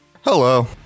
Hello